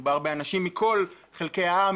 מדובר באנשים מכל חלקי העם,